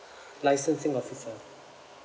licensing officer